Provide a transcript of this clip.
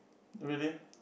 really